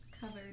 covered